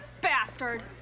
bastard